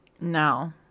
No